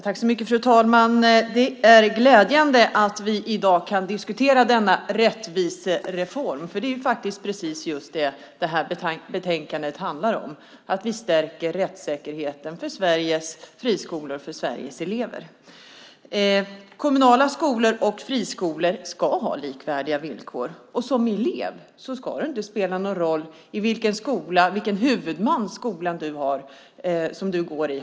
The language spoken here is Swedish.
Fru talman! Det är glädjande att vi i dag kan diskutera denna rättvisereform. Det är faktiskt just det som detta betänkande handlar om. Vi stärker rättssäkerheten för Sveriges friskolor och för Sveriges elever. Kommunala skolor och friskolor ska ha likvärdiga villkor. Det ska inte spela någon roll vilken huvudman den skola har som en elev går i.